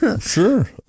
sure